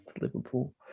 Liverpool